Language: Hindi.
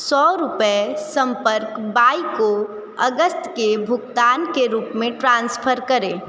सौ रुपये संपर्क बाई को अगस्त के भुगतान के रूप मे ट्रांसफर करें